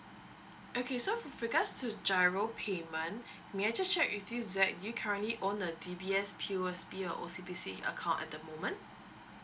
okay so with regards to G_I_R_O payment may I just check with you zack do you currently own a D_B_S P_O_S_B or O_C_B_C account at the moment